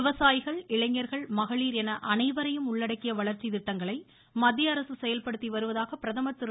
விவசாயிகள் இளைஞர்கள் மகளிர் என அனைவரையும் உள்ளடக்கிய வளர்ச்சி திட்டங்களை மத்தியஅரசு செயல்படுத்தி வருவதாக பிரதமர் திரு